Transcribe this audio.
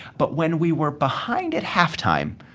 but when we were behind at halftime,